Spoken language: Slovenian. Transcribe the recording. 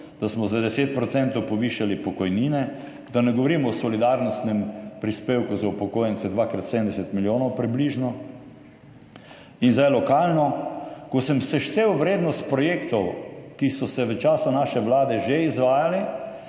da smo za 10 % povišali pokojnine, da ne govorim o solidarnostnem prispevku za upokojence, približno dvakrat 70 milijonov. In zdaj lokalno. Ko sem seštel vrednost projektov, ki so se v času naše vlade že izvajali,